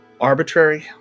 arbitrary